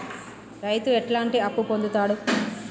రైతు ఎట్లాంటి అప్పు పొందుతడు?